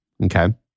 Okay